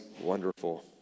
wonderful